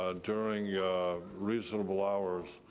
and during reasonable hours,